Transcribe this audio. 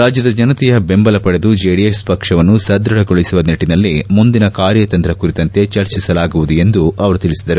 ರಾಜ್ಞದ ಜನತೆಯ ದೆಂಬಲ ಪಡೆದು ಜೆಡಿಎಸ್ ಪಕ್ಷವನ್ನು ಸದೃಢಗೊಳಿಸುವ ನಿಟ್ಟನಲ್ಲಿ ಮುಂದಿನ ಕಾರ್ಯತಂತ್ರ ಕುರಿತಂತೆ ಚರ್ಚಿಸಲಾಗುವುದು ಎಂದು ಅವರು ತಿಳಿಸಿದರು